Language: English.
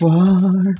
Far